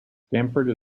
stamford